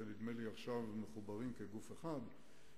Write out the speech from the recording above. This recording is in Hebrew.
שמחוברות עכשיו כגוף אחד.